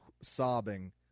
sobbing